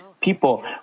people